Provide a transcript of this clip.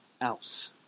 else